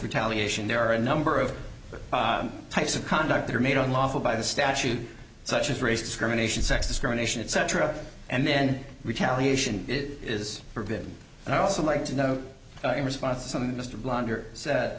retaliation there are a number of types of conduct that are made on lawful by the statute such as race discrimination sex discrimination and cetera and then retaliation it is forbid and i also like to know in response to something mr blonder